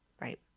Right